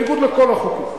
בניגוד לכל החוקים.